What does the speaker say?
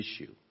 issue